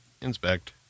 Inspect